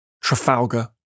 Trafalgar